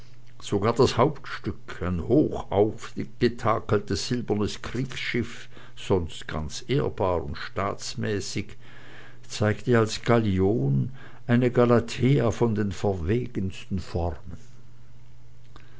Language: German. sogar das hauptstück ein hoch aufgetakeltes silbernes kriegsschiff sonst ganz ehrbar und staatsmäßig zeigte als galion eine galatea von den verwegensten formen